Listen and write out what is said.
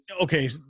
okay